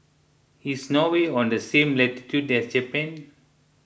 is Norway on the same latitude as Japan